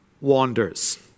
wanders